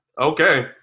Okay